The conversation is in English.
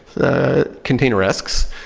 the containerisks.